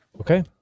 Okay